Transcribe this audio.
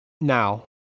now